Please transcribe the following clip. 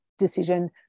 Decision